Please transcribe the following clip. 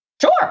sure